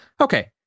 Okay